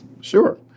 Sure